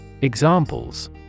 Examples